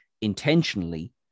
intentionally